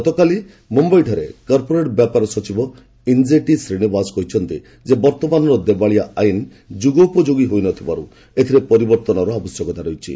ଗତକାଲି ମୁମ୍ଘାଇଠାରେ କର୍ପୋରେଟ୍ ବ୍ୟାପାର ସଚିବ ଇଞ୍ଜେଟି ଶ୍ରୀନିବାସ କହିଛନ୍ତି ଯେ ବର୍ତ୍ତମାନର ଦେବାଳିଆ ଆଇନ୍ ଯୁଗୋପଯୋଗୀ ହୋଇନଥିବାରୁ ଏଥିରେ ପରିବର୍ତ୍ତନର ଆବଶ୍ୟକତା ରହିଛି